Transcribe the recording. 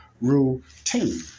routine